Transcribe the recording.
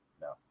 No